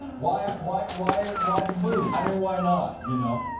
why why why why the booze? i mean why not? you know